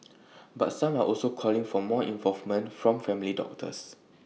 but some are also calling for more involvement from family doctors